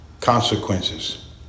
consequences